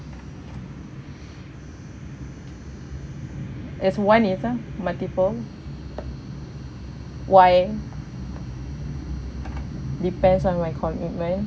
as one either multiple why depends on my commitment